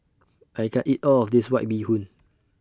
I can't eat All of This White Bee Hoon